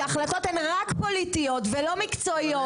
שההחלטות הן רק פוליטיות ולא מקצועיות,